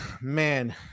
man